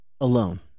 alone